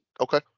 Okay